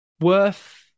worth